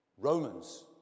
Romans